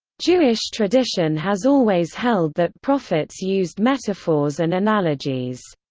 jewish tradition has always held that prophets used metaphors and analogies.